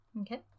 Okay